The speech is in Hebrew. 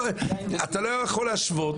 אתה לא יכול להשוות